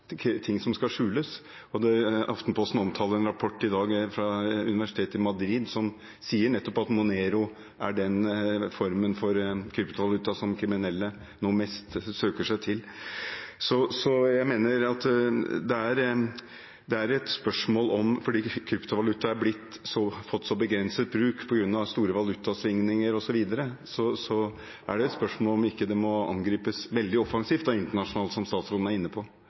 som ikke er sporbare, mer og mer blir redskaper for kriminell virksomhet, for ting som skal skjules. Aftenposten omtaler i dag en rapport fra universitetet i Madrid som sier at nettopp Monero er den formen for kryptovaluta som kriminelle nå mest søker mot. Fordi kryptovaluta har fått en så begrenset bruk, på grunn av store valutasvingninger osv., er det et spørsmål om det ikke må angripes veldig offensivt internasjonalt, som statsråden var inne på.